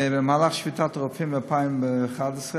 במהלך שביתת הרופאים ב-2011,